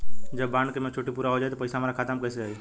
जब बॉन्ड के मेचूरिटि पूरा हो जायी त पईसा हमरा खाता मे कैसे आई?